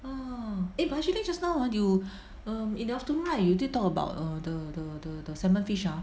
eh but actually just now when you um in the afternoon right you did talk about err the the the the salmon fish ah